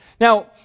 Now